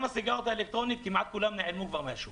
הסיגריות האלקטרוניות כמעט כולן נעלמו מהשוק.